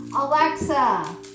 Alexa